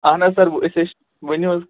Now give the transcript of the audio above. اہن حظ سر أسۍ حظ چھِ ؤنِو حظ